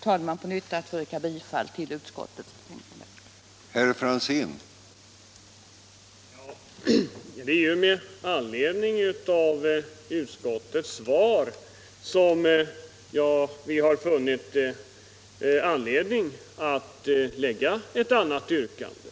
Jag ber på nytt att få yrka bifall till utskottets hemställan.